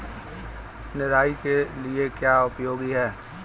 निराई के लिए क्या उपयोगी है?